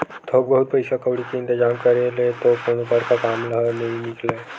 थोक बहुत पइसा कउड़ी के इंतिजाम करे ले तो कोनो बड़का काम ह नइ निकलय